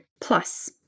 Plus